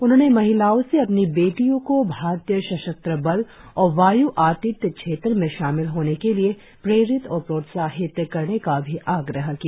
उन्होंने महिलाओं से अपनी बेटियों को भारतीय सशस्त्र बल और वाय् आतिथ्य क्षेत्र में शामिल होने के लिए प्रेरित और प्रोत्साहित करने का भी आग्रह किया